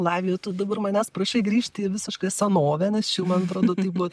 lavija tu dabar manęs prašai grįžti į visišką senovę nes čia jau man atrodo tai buvo